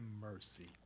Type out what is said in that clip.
mercy